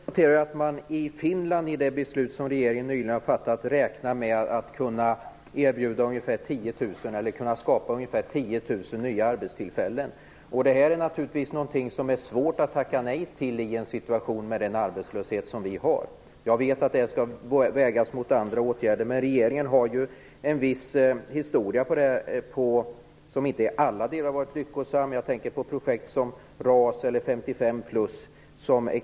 Fru talman! Jag konstaterar att man i det beslut som den finska regeringen nyligen har fattat räknar med att kunna skapa ungefär 10 000 nya arbetstillfällen. Detta är naturligtvis svårt att tacka nej till i en situation med en sådan arbetslöshet som vi har. Jag vet att detta skall vägas mot andra åtgärder, men regeringen har ju en historia på detta område som inte varit lyckosam i alla delar. Jag tänker på projekt som RAS eller 55-plus.